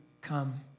come